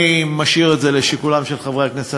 אני משאיר את זה לשיקולם של חברי הכנסת.